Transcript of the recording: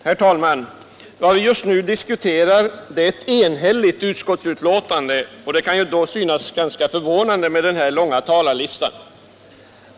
Herr talman! Vad vi just nu diskuterar är ett enhälligt utskottsbetänkande, varför det kan synas ganska förvånande med den långa talarlistan.